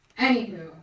Anywho